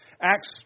Acts